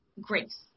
grace